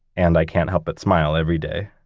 and i can't help but smile every day.